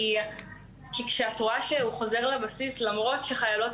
כי כשאת רואה שהוא חוזר לבסיס למרות שחיילות